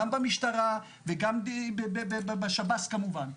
גם במשטרה וגם בשב"ס כמובן.